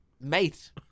Mate